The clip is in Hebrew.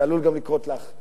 זה עלול לקרות גם לך.